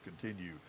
continue